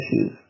issues